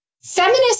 Feminist